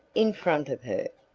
in front of her.